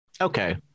Okay